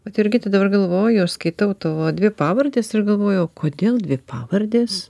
bet jurgita dabar galvoju aš skaitau tavo dvi pavardes ir galvoju o kodėl dvi pavardės